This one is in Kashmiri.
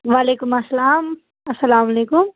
وعلیکم السلام السلام علیکم